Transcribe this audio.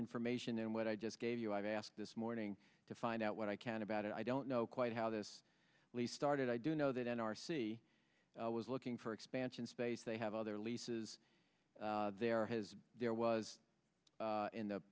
information than what i just gave you i've asked this morning to find out what i can about it i don't know quite how this least started i do know that n r c was looking for expansion space they have other leases there as there was